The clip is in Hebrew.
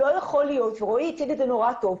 לא יכול להיות, ורועי הציג את זה נורא טוב.